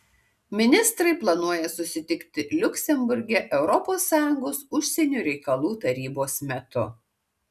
ministrai planuoja susitikti liuksemburge europos sąjungos užsienio reikalų tarybos metu